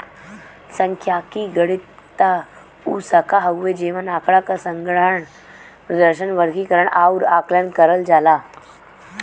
सांख्यिकी गणित क उ शाखा हउवे जेमन आँकड़ा क संग्रहण, प्रदर्शन, वर्गीकरण आउर आकलन करल जाला